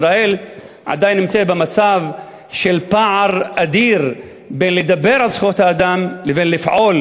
ישראל עדיין נמצאת במצב של פער אדיר בין לדבר על זכויות האדם לבין לפעול